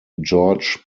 george